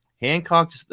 Hancock